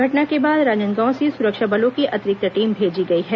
घटना के बाद राजनांदगांव से सुरक्षा बलों की अतिरिक्त टीम भेजी गई है